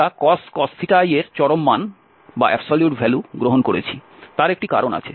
আমরা cos i এর চরম মান গ্রহণ করেছি তার একটি কারণ আছে